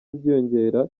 byiyongera